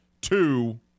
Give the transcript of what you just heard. Two